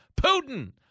Putin